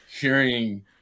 hearing